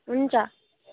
हुन्छ